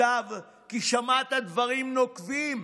כתב כי שמעת דברים נוקבים